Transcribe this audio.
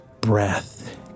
breath